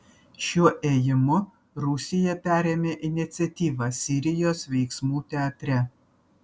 šiuo ėjimu rusija perėmė iniciatyvą sirijos veiksmų teatre